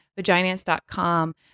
vaginance.com